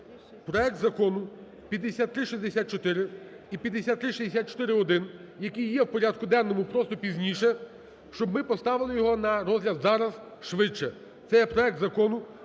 проект Закону 5364 і 5364-1, який є в порядку денному, просто пізніше, щоб ми поставили його на розгляд зараз швидше. Це є проект Закону